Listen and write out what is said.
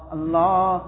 Allah